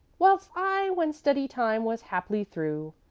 whilst i, when study-time was haply through,